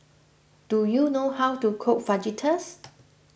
do you know how to cook Fajitas